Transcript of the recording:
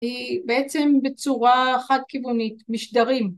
היא בעצם בצורה חד-כיוונית, משדרים